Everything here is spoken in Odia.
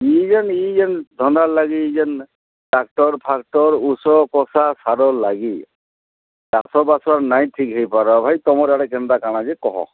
ଇ ଯେନ୍ ଇ ଯେନ୍ ଧନ୍ଧାର ଲାଗି ଇ ଯେନ୍ ଟ୍ରାକଟର୍ ଫ୍ରାକଟର୍ ଓଷୋ ପସା ସାରର୍ ଲାଗି ଚାଷ ବାସର ନାହିଁ ଠିକ ହେଇ ପାରବା ଭାଇ ତୁମର ଆଡ଼େ କେନ୍ତା କାଣା ଯେ କହ